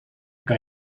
kan